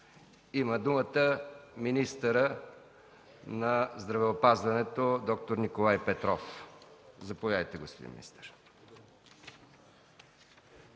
Има думата министърът на здравеопазването д-р Николай Петров. Заповядайте, господин министър.